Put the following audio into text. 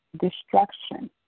destruction